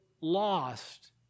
lost